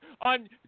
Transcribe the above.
on